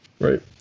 Right